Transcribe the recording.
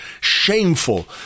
shameful